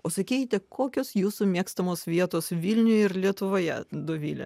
o sakykite kokios jūsų mėgstamos vietos vilniuje ir lietuvoje dovile